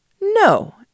no